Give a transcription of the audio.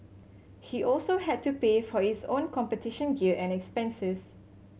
he also had to pay for his own competition gear and expenses